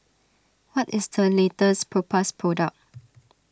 what is the latest Propass product